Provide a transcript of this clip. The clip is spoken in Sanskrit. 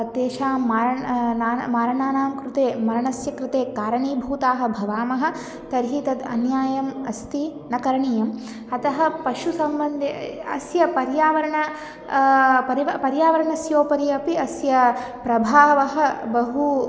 तेषां मारण्ं नाण् मारणानां कृते मरणस्य कृते कारणीभूताः भवामः तर्हि तद् अन्यायः अस्ति न करणीयम् अतः पशुसम्बन्धे अस्य पर्यावरणं परिव पर्यावरणस्य उपरि अपि अस्य प्रभावः बहु